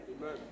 Amen